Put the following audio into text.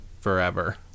forever